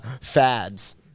fads